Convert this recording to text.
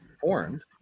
formed